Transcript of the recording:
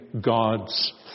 God's